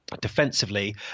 defensively